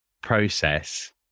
process